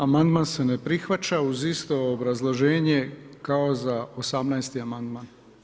Amandman se ne prihvaća uz isto obrazloženje kao za 18. amandman.